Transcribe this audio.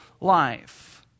life